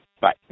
Bye